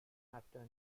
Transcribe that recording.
after